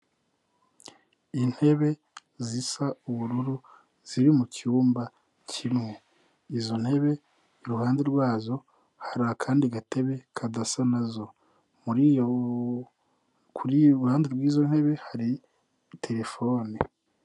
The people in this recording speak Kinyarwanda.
Intebe zisa ubururu ziri mu cyumba kimwe; izo ntebe iruhande rwazo hari akandi gatebe kadasa nazo, iruhande rw'izo ntebe hari telefone.